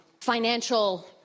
financial